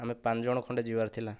ଆମେ ପାଞ୍ଚ ଜଣ ଖଣ୍ଡେ ଯିବାର ଥିଲା